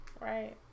right